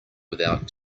without